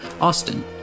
austin